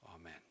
Amen